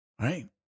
Right